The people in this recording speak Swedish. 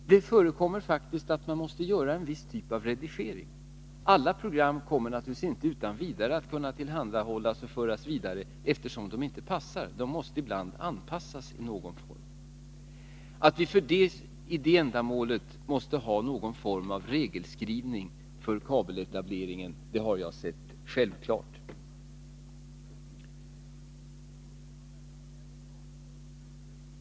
Det förekommer faktiskt att man måste göra en viss typ av redigering. Alla program kommer naturligtvis inte utan vidare att kunna tillhandahållas och föras vidare eftersom de inte passar; de måste ibland anpassas på något sätt. Att vi för det ändamålet måste ha någon form av regelskrivning för kabeletableringen har jag sett som självklart.